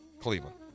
Cleveland